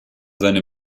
seine